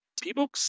people